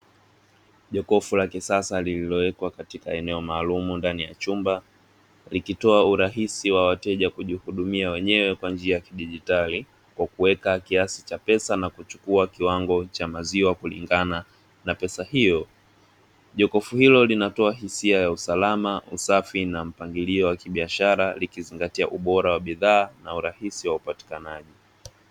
Jokofu la kisasa lililowekwa katika eneo maalum ndani ya chumba likitoa urahisi wa wateja kujihudumia wenyewe kwa njia ya kidijitali, kwa kuweka kiasi cha pesa na kuchukua kiwango cha maziwa kulingana na pesa hiyo. Jokofu hilo linatoa hisia ya usalama, usafi, na mpangilio wa kibiashara likizingatia ubora wa bidhaa na urahisi wa upatikanaji.